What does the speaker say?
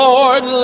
Lord